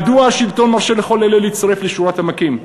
מדוע השלטון מרשה לכל אלה להצטרף לשורת המכים?